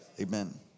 amen